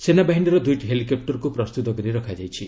ସେନାବାହିନୀର ଦୁଇଟି ହେଲିକପ୍ଟରକୁ ପ୍ରସ୍ତୁତ କରି ରଖାଯାଇଛି